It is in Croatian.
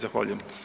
Zahvaljujem.